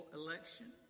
election